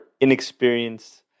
inexperienced